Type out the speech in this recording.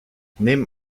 neben